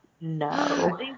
no